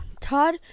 Todd